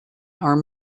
arm